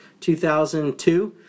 2002